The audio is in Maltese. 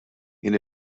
jien